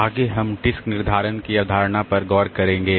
आगे हम डिस्क निर्धारण की अवधारणा पर गौर करेंगे